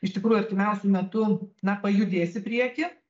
iš tikrųjų artimiausiu metu na pajudės į priekį